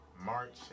March